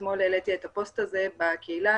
אתמול העליתי את הפוסט הזה בקהילה.